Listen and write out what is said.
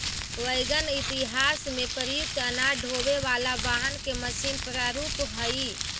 wagon इतिहास में प्रयुक्त अनाज ढोवे वाला वाहन के मशीन प्रारूप हई